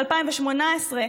ב-2018,